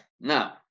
Now